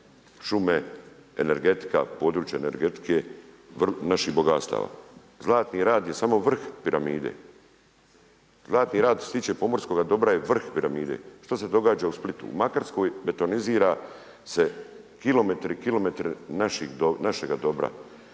šume, energetika, područje energetike, naših bogatstava. Zlatni rat je samo vrh piramide. Zlatni rat što se tiče pomorskoga dobra je vrh piramide. Što se događa u Splitu u Makarskoj? Betonizira se kilometre i kilometre našega dobra.